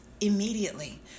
immediately